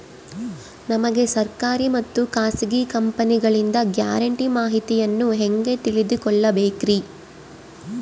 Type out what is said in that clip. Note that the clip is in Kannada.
ನಮಗೆ ಸರ್ಕಾರಿ ಮತ್ತು ಖಾಸಗಿ ಕಂಪನಿಗಳಿಂದ ಗ್ಯಾರಂಟಿ ಮಾಹಿತಿಯನ್ನು ಹೆಂಗೆ ತಿಳಿದುಕೊಳ್ಳಬೇಕ್ರಿ?